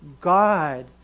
God